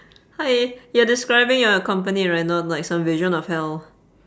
hi you're describing your company right not like some vision of hell